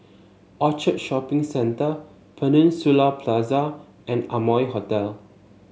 Orchard Shopping Centre Peninsula Plaza and Amoy Hotel